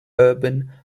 urban